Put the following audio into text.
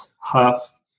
huff